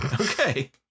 okay